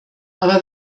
aber